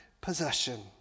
possession